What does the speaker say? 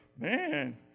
man